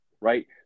Right